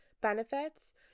benefits